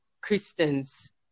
Christians